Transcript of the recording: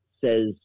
says